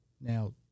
Now